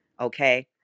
okay